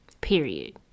period